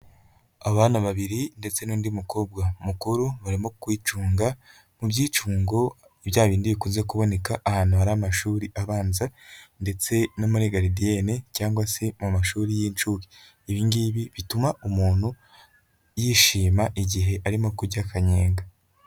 Abana babiri ndetse n'undi mukobwa mukuru barimo kwicunga mu byicungo, byabindi bikunze kuboneka ahantu hari amashuri abanza, ndetse no muri garidiyene cyangwa se mu mashuri y'inshuke. Ibingibi bituma umuntu yishima igihe arimo kurya kanyenga.